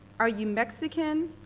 are you mexican,